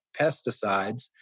pesticides